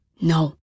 No